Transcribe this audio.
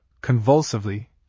convulsively